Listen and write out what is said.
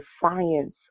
science